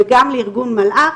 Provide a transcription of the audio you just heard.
וגם לארגון מלא"ח,